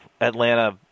Atlanta